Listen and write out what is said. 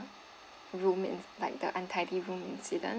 room in like the untidy room incident